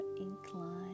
incline